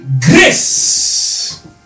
grace